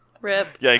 Rip